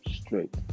straight